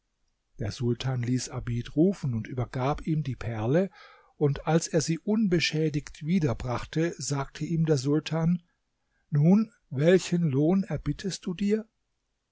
der sultan ließ abid rufen und übergab ihm die perle und als er sie unbeschädigt wiederbrachte sagte ihm der sultan nun welchen lohn erbittest du dir